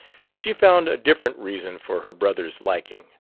she found a different reason for her brother's liking.